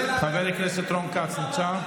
חבר הכנסת רון כץ נמצא?